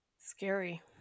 Scary